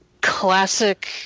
classic